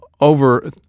over